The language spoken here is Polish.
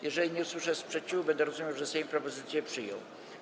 Jeżeli nie usłyszę sprzeciwu, będę rozumiał, że Sejm propozycję przyjął.